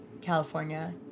California